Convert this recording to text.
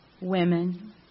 women